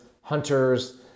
hunters